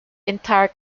entire